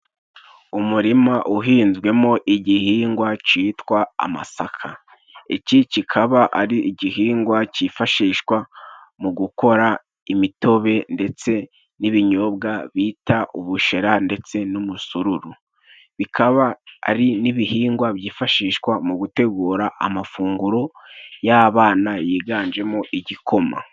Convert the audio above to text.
Umurima uhinzwe mo igihingwa citwa amasaka. Iki kikaba ari igihingwa cyifashishwa mu gukora imitobe ndetse n'ibinyobwa bita ubushera ndetse n'umusururu. Bikaba ari n'ibihingwa byifashishwa mu gutegura amafunguro y'abana, yiganje mo igikoma.